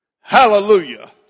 Hallelujah